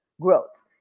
growth